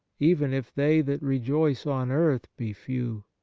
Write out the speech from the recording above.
even if they that rejoice on earth be few.